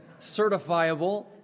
Certifiable